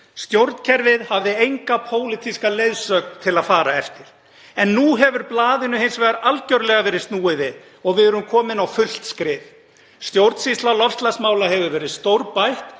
Stjórnkerfið hafði enga pólitíska leiðsögn til að fara eftir. En nú hefur blaðinu hins vegar algerlega verið snúið við og við erum komin á fullt skrið. Stjórnsýsla loftslagsmála hefur verið stórbætt.